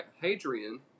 Hadrian